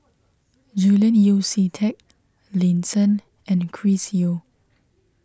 Julian Yeo See Teck Lin Chen and Chris Yeo